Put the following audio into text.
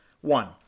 one